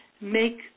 make